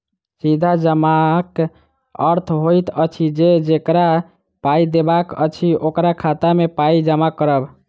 सीधा जमाक अर्थ होइत अछि जे जकरा पाइ देबाक अछि, ओकरा खाता मे पाइ जमा करब